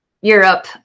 Europe